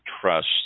trust